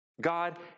God